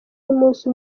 y’umunsi